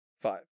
Five